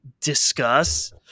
discuss